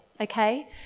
okay